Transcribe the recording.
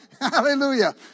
Hallelujah